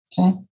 okay